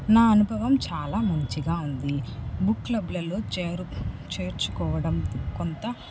నా అనుభవం చాలా మంచిగా ఉంది బుక్ క్లబ్లల్లో చేరు చేర్చుకోవడం కొంత